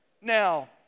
Now